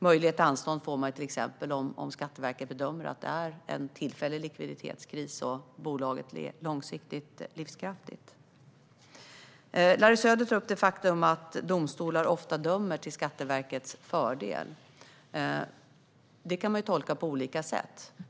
Möjlighet till anstånd får man till exempel om Skatteverket bedömer att det handlar om en tillfällig likviditetskris och att bolaget är långsiktigt livskraftigt. Larry Söder tog upp att domstolar ofta dömer till Skatteverkets fördel. Det kan tolkas på olika sätt.